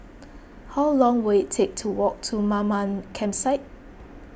how long will it take to walk to Mamam Campsite